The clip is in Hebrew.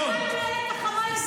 הביטחון,